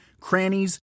crannies